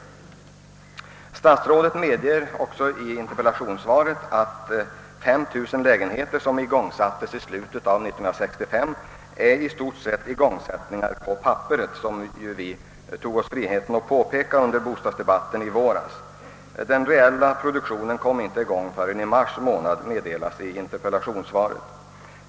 I svaret medger statsrådet också att 5 000 av de lägenheter som igångsattes i slutet av 1965 i stort sett är igångsättningar på papperet — vilket vi tog oss friheten påpeka under bostadsdebatten i våras. Den reella produktionen kom inte i gång förrän i mars månad, meddelas det i interpellationssvaret.